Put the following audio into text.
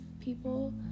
people